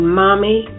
mommy